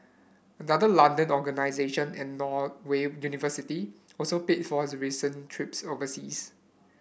another London organisation and a Norway university also paid for his recent trips overseas